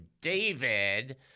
David